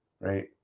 right